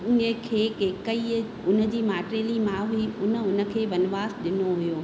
उन्हीह खे कैकई हुनजी माटेली मां हुई हुन हुनखे वनवास ॾिनो हुयो